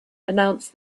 announced